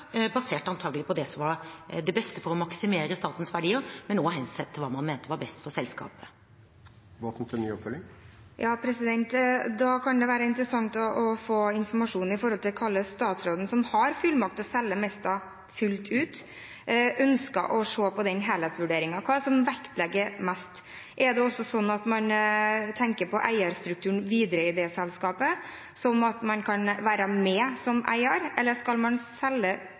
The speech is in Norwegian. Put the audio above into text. antakelig basert på det som var det beste for å maksimere statens verdier, men også med henblikk på hva man mente var best for selskapet. Da kan det være interessant å få informasjon om hvordan statsråden, som har fullmakt til å selge Mesta fullt ut, ønsker å se på den helhetsvurderingen. Hva er det som vektlegges mest? Er det også slik at man tenker på eierstrukturen videre i det selskapet, slik at man kan være med som eier, eller skal man selge